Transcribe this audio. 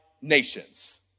nations